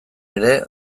ere